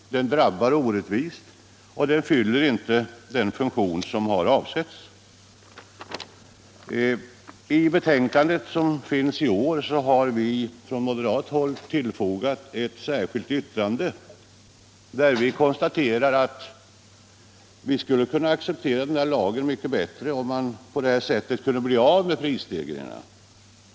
Den drabbar orättvist, och den fyller inte den funktion som avses. Till betänkandet i år har vi från moderat håll fogat ett särskilt yttrande, där vi konstaterar att vi skulle kunna acceptera lagen om man genom den kunde bli av med prisstegringarna.